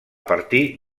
partir